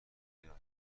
رایگان